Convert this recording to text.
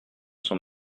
son